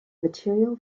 material